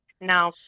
Now